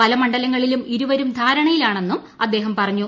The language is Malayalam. പല മണ്ഡലങ്ങളില്ലൂം ്ഇരുവരും ധാരണയിലാ ണെന്നും അദ്ദേഹം പറഞ്ഞു